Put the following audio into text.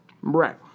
Right